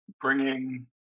bringing